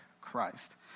Christ